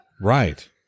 Right